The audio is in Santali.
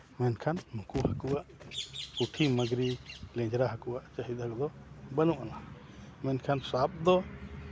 ᱢᱮᱱᱠᱷᱟᱱ ᱩᱱᱠᱩ ᱦᱟᱹᱠᱩᱣᱟᱜ ᱯᱩᱴᱷᱤ ᱢᱟᱺᱜᱽᱨᱤ ᱞᱮᱧᱡᱽᱨᱟ ᱦᱟᱹᱠᱩᱣᱟᱜ ᱪᱟᱹᱦᱤᱫᱟ ᱫᱚ ᱵᱟᱹᱱᱩᱜᱼᱟᱱᱟ ᱢᱮᱱᱠᱷᱟᱱ ᱥᱟᱵ ᱫᱚ